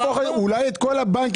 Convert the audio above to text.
מה קרה במשרד